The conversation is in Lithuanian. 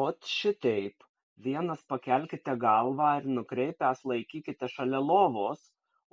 ot šiteip vienas pakelkite galvą ir nukreipęs laikykite šalia lovos